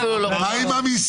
אפילו לא --- מה עם המיסים?